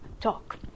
talk